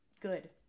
good